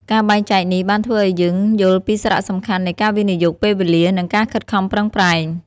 ការបែងចែកនេះ បានធ្វើឲ្យយើងយល់ពីសារៈសំខាន់នៃការវិនិយោគពេលវេលា និងការខិតខំប្រឹងប្រែង។